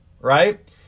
right